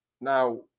Now